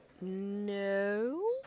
No